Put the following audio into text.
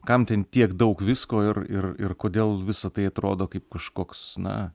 kam ten tiek daug visko ir ir ir kodėl visa tai atrodo kaip kažkoks na